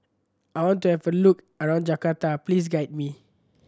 I want to have a look around Jakarta Please guide me